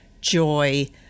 joy